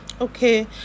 okay